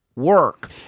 work